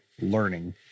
learning